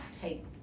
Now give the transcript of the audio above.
take